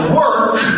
work